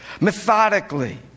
methodically